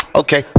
okay